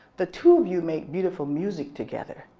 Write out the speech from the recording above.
the two of you make beautiful music together.